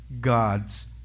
God's